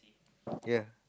ya